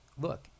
look